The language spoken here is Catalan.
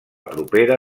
propera